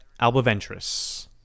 albaventris